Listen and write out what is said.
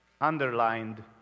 underlined